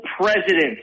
president